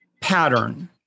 pattern